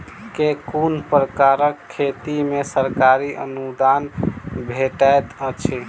केँ कुन प्रकारक खेती मे सरकारी अनुदान भेटैत अछि?